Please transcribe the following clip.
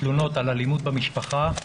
התלונות על אלימות במשפחה,